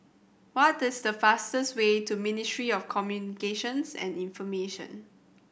what is the fastest way to Ministry of Communications and Information